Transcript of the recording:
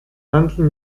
handel